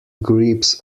grips